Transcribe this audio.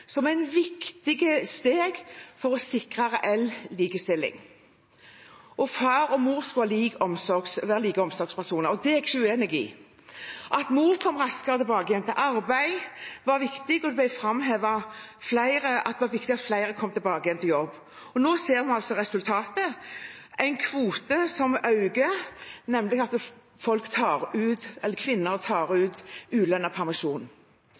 som et viktig steg for å sikre reell likestilling. Far og mor skulle være like omsorgspersoner. Det er jeg ikke uenig i. At mor kom raskere tilbake i arbeid, var viktig. Det ble framhevet at det var viktig at flere kom tilbake i jobb. Nå ser vi resultatet av at kvoten ble økt, nemlig at kvinner tar ut